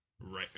Right